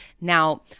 Now